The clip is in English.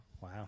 Wow